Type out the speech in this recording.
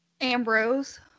Ambrose